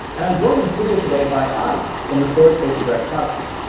and i'm joined in studio today by adi from the storage spaces direct product team.